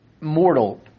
mortal